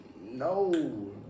no